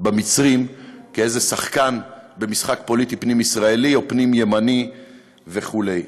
במצרים כאיזה שחקן במשחק פוליטי פנים-ישראלי או פנים-ימני וכו'.